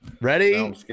Ready